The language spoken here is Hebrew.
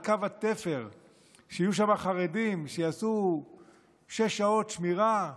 שעל קו התפר יהיו חרדים שיעשו שש שעות שמירה,